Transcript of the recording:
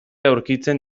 aurkitzen